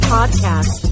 Podcast